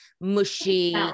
mushy